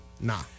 Nah